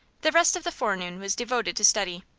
the rest of the forenoon was devoted to study.